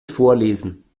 vorlesen